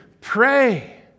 pray